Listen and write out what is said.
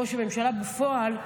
ראש הממשלה בפועל,